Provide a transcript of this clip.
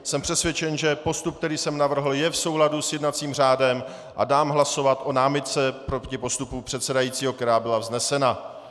Jsem přesvědčen, že postup, který jsem navrhl, je v souladu s jednacím řádem, a dám hlasovat o námitce proti postupu předsedajícího, která byla vznesena.